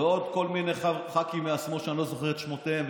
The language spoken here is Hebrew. ועוד כל מיני ח"כים מהשמאל שאני לא זוכר את שמותיהם,